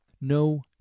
No